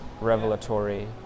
revelatory